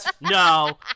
No